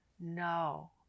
No